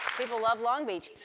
people love long beach.